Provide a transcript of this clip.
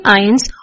ions